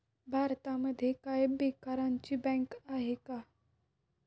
भारतामध्ये काय बेकारांची बँक आहे का?